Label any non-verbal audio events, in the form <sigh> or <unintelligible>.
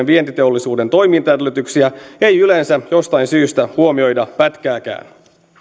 <unintelligible> vientiteollisuuden toimintaedellytyksiä ei yleensä jostain syystä huomioida pätkääkään